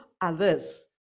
others